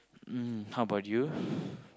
um how about you